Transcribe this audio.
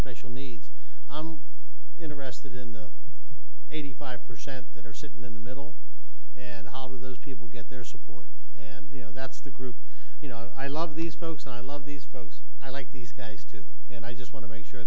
special needs i'm interested in the eighty five percent that are sitting in the middle and how do those people get their support and you know that's the group you know i love these folks i love these folks i like these guys too and i just want to make sure